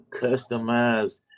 customized